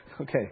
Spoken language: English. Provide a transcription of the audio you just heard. Okay